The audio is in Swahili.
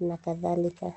na kadhalika.